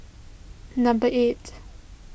number eight